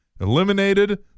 eliminated